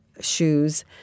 shoes